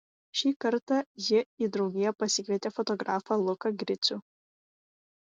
šį kartą ji į draugiją pasikvietė fotografą luką gricių